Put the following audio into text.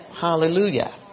Hallelujah